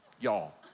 y'all